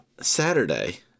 Saturday